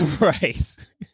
Right